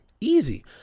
Easy